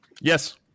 yes